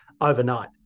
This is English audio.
overnight